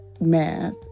math